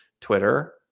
Twitter